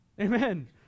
Amen